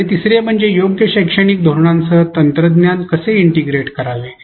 आणि तिसरे म्हणजे योग्य शैक्षणिक धोरणांसह तंत्रज्ञान कसे इंटिग्रेट करावे